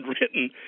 written